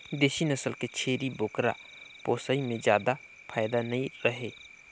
देसी नसल के छेरी बोकरा पोसई में जादा फायदा नइ रहें